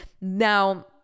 Now